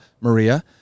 Maria